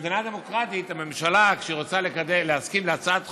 ובמדינה דמוקרטית כשהממשלה רוצה להסכים להצעת החוק,